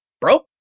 bro